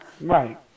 Right